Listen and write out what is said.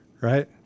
Right